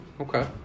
okay